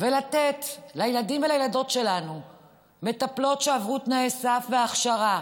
ולתת לילדים ולילדות שלנו מטפלות שעברו תנאי סף והכשרה